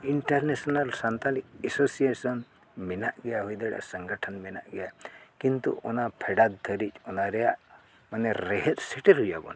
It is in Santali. ᱤᱱᱴᱟᱨᱱᱮᱥᱱᱮᱞ ᱥᱟᱱᱛᱟᱲᱤ ᱮᱥᱳᱥᱤᱭᱮᱥᱚᱱ ᱢᱮᱱᱟᱜ ᱜᱮᱭᱟ ᱦᱩᱭ ᱫᱟᱲᱮᱭᱟᱜᱼᱟ ᱥᱚᱝᱜᱚᱴᱷᱚᱱ ᱢᱮᱱᱟᱜ ᱜᱮᱭᱟ ᱠᱤᱱᱛᱩ ᱚᱱᱟ ᱯᱷᱮᱰᱟᱛ ᱫᱷᱟᱹᱨᱤᱡ ᱚᱱᱟ ᱨᱮᱭᱟᱜ ᱢᱟᱱᱮ ᱨᱮᱦᱮᱫ ᱥᱮᱴᱮᱨ ᱦᱩᱭ ᱟᱵᱚᱱᱟ